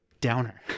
downer